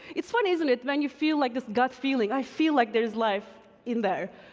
it's funny, isn't it, when you feel, like, this gut feeling? i feel like there is life in there.